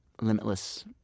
limitless